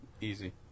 Easy